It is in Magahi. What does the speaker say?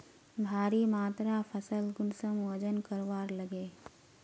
भारी मात्रा फसल कुंसम वजन करवार लगे?